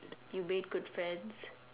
you made good friends